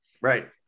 Right